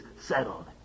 settled